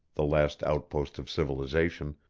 the last outpost of civilization,